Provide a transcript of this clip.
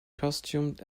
costumed